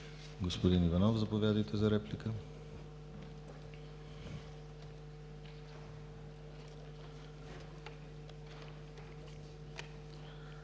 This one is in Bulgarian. Господин Иванов, заповядайте за реплика.